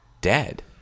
dead